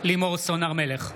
לימור סון הר מלך,